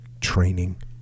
training